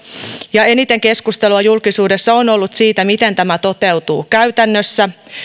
ja eniten keskustelua julkisuudessa on ollut siitä miten tämä toteutuu käytännössä